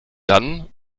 dann